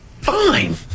Fine